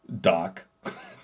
Doc